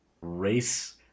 race